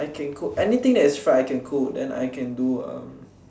I can cook anything that is fried I can cook then I can do um